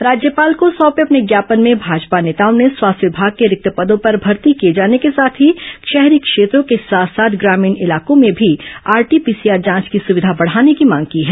राज्यपाल को सौंपे अपने ज्ञापन में भाजपा नेताओं ने स्वास्थ्य विमाग के रिक्त पदों पर भर्ती किए जाने के साथ ही शहरी क्षेत्रों के साथ साथ ग्रामीण इलाकों में भी आरटी पीसीआर जांच की सुविधा बढ़ाने की मांग की है